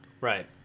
Right